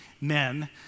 men